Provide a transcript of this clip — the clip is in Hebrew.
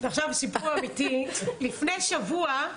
לפני שבוע,